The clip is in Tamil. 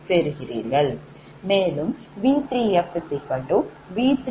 மேலும்V3fV30 Z34Z44V401